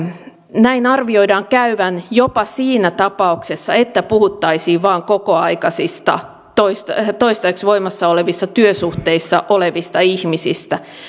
näin arvioidaan käyvän jopa siinä tapauksessa että puhuttaisiin vain kokoaikaisista toistaiseksi voimassa olevissa työsuhteissa olevista ihmistä